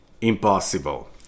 impossible